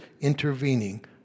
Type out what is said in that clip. intervening